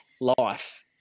life